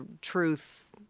truth